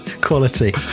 Quality